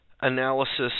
analysis